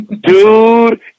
Dude